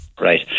right